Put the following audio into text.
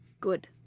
good